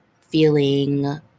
feeling